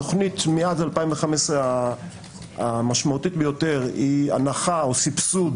מאז 2015 התכנית המשמעותית ביותר היא הנחה או סבסוד